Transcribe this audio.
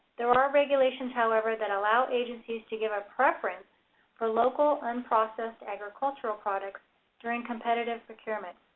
there are regulations however, that allow agencies to give a preference for local unprocessed agricultural products during competitive procurements.